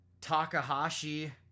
Takahashi